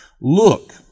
look